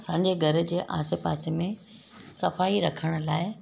असांजे घर जे आसे पासे में सफ़ाई रखण लाइ